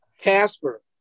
Casper